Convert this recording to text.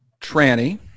Tranny